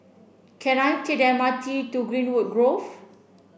can I take the M R T to Greenwood Grove